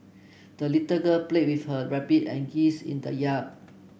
the little girl played with her rabbit and geese in the yard